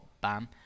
Bam